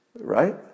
Right